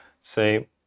say